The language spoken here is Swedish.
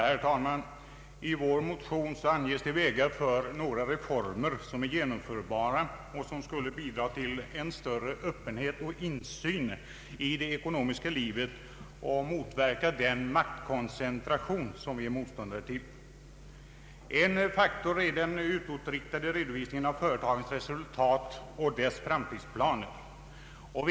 Herr talman! I vår motion anges vägar för några reformer som är genomförbara och som skulle bidra till större öppenhet och insyn i det ekonomiska livet och motverka den maktkoncentration som vi är motståndare till. En viktig faktor är den utåtriktade redovisningen av företagens resultat och företagens framtidsplaner.